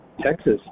Texas